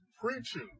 preaching